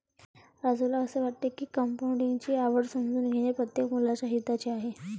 राजूला असे वाटते की कंपाऊंडिंग ची आवड समजून घेणे प्रत्येक मुलाच्या हिताचे आहे